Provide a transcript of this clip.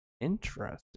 Interesting